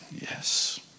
yes